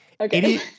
Okay